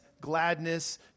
gladness